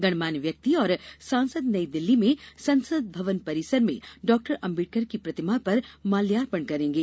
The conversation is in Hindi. गणमान्य व्यक्ति और सांसद नई दिल्ली में संसद भवन परिसर में डाक्टर आंबेडकर की प्रतिमा पर माल्यार्पण करेंगे